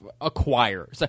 acquire